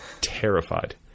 terrified